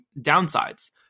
downsides